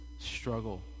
struggle